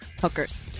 Hookers